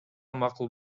макул